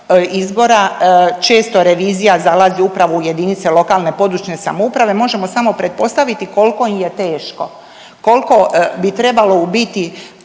izbora često revizija zalazi upravo u jedinice lokalne i područne samouprave, možemo samo pretpostaviti koliko im je teško, kolko bi trebalo u biti